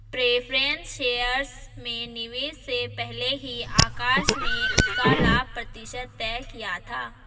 preference shares में निवेश से पहले ही आकाश ने उसका लाभ प्रतिशत तय किया था